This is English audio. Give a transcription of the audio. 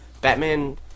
Batman